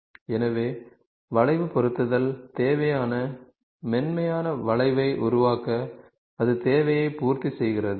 எனவே வளைவு பொருத்துதல் தேவையான மென்மையான வளைவை உருவாக்க அது தேவையை பூர்த்தி செய்கிறது